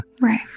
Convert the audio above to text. Right